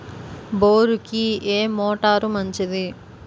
బోరుకి ఏ మోటారు మంచిది?